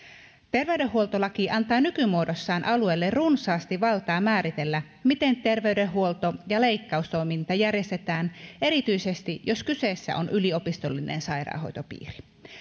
terveydenhuoltolaki antaa nykymuodossaan alueelle runsaasti valtaa määritellä miten terveydenhuolto ja leikkaustoiminta järjestetään erityisesti jos kyseessä on yliopistollinen sairaanhoitopiiri